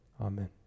amen